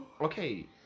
Okay